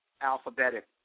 Alphabetic